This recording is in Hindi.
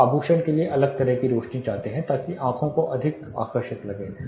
आप आभूषण के लिए अलग तरह की रोशनी चाहते हैं ताकि आंख को अधिक आकर्षक लग सके